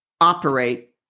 operate